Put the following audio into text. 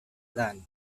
land